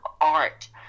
art